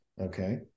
Okay